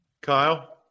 Kyle